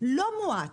לא מועט